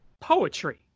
poetry